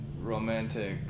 Romantic